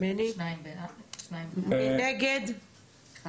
2 נגד, 1